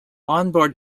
onboard